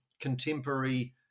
contemporary